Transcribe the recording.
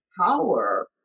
power